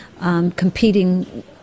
competing